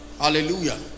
Hallelujah